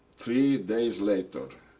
three days later,